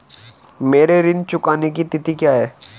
मेरे ऋण चुकाने की तिथि क्या है?